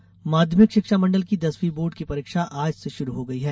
board परीक्षा माध्यमिक शिक्षा मंडल की दसवीं बोर्ड की परीक्षा आज से शुरू हो गई है